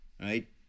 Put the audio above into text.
Right